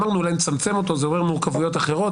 אמרנו שאולי נצמצם אותו אבל זה עורר מורכבויות אחרות,